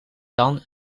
dan